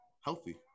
healthy